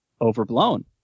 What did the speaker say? overblown